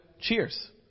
cheers